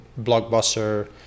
blockbuster